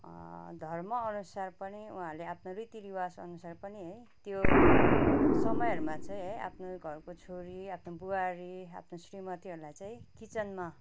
धर्म अनुसार पनि उहाँहरूले आफ्नो रितीरिवाज अनुसार पनि है त्यो समयहरूमा चाहिँ है आफ्नो घरको छोरी आफ्नो बुहारी आफ्नो श्रीमतीहरूलाई चाहिँ किचनमा